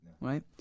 right